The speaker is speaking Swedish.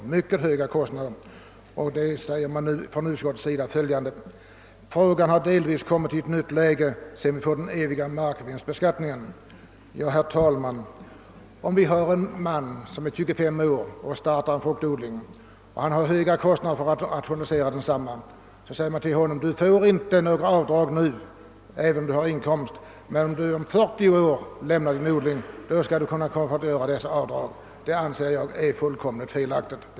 Utskottet skriver i sitt utlåtande: »Frågan om avdrag för kostnader för nyplantering av fruktträd har emellertid delvis kommit i ett annat läge efter införandet av en ”evig” realisationsvinstbeskattning vid avyttring av fastighet.» Men om vi säger till en man på 25 år som startar en fruktodling och har höga kostnader för att rationalisera driften, att han nu inte får göra några avdrag men att han kan få göra sådana när han efter 40 år lämnar sin odling, så måste det ju betraktas som alldeles felaktigt.